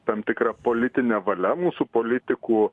tam tikra politine valia mūsų politikų